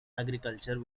agriculture